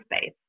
space